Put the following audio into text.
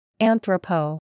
Anthropo